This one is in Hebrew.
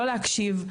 לא להקשיב,